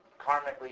karmically